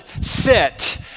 sit